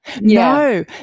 No